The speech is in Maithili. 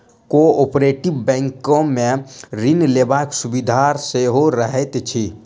कोऔपरेटिभ बैंकमे ऋण लेबाक सुविधा सेहो रहैत अछि